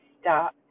stop